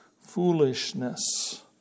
foolishness